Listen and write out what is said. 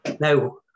Now